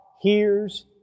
hears